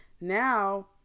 Now